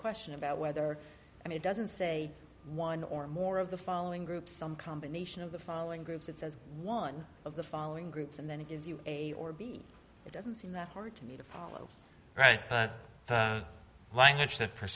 question about whether and it doesn't say one or more of the following groups some combination of the following groups it says one of the following groups and then it gives you a or b it doesn't seem that hard to me to follow right but language